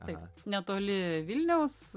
taip netoli vilniaus